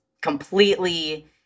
completely